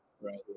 Right